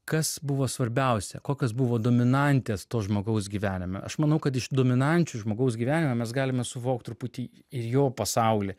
kas buvo svarbiausia kokios buvo dominantės to žmogaus gyvenime aš manau kad iš dominančių žmogaus gyvenime mes galime suvokt truputį ir jo pasaulį